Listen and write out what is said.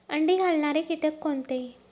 अंडी घालणारे किटक कोणते?